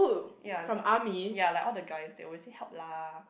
ya that's what ya like all the guys they always say help lah